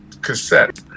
cassette